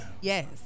Yes